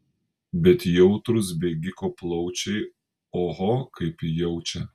bet jautrūs bėgiko plaučiai oho kaip jaučia